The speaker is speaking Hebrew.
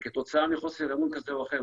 כתוצאה מחוסר אמון כזה או אחר,